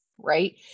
right